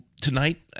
tonight